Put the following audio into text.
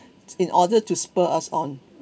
in order to spur us on